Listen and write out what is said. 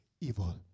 evil